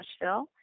Nashville